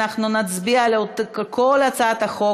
אנחנו נצביע על כל הצעת החוק,